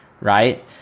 right